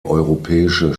europäische